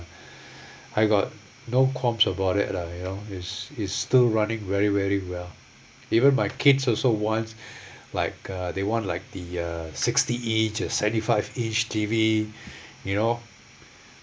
I got no qualms about it lah you know is is still running very very well even my kids also wants like uh they want like the uh sixty inch seventy five inch T_V you know